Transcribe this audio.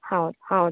ಹೌದು ಹೌದು